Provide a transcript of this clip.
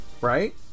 right